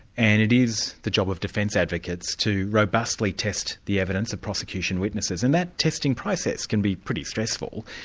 and it is the job of defence advocates to robustly test the evidence of prosecution witnesses, and that testing process can be pretty stressful.